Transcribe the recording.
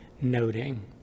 noting